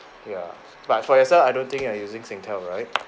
ya but for yourself I don't think you are using Singtel right